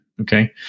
okay